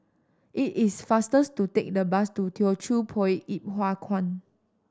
it is fastest to take the bus to Teochew Poit Ip Huay Kuan